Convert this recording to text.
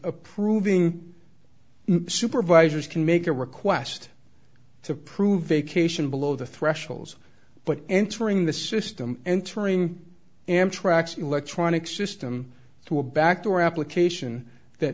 approving supervisors can make a request to prove vacation below the threshold but entering the system entering amtrak's electronic system through a backdoor application that